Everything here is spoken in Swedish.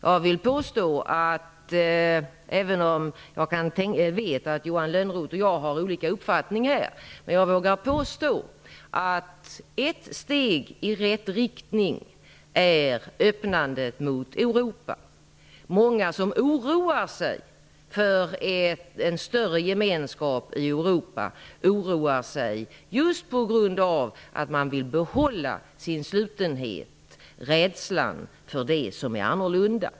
Jag vet att Johan Lönnroth och jag har olika uppfattning här. Men jag vågar påstå att ett steg i rätt riktning är öppnandet mot Europa. Många som oroar sig för en större gemenskap i Europa oroar sigjust på grund av att de vill behålla sin slutenhet det handlar om en rädsla för det som är annorlunda.